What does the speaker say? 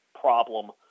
problem